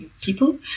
people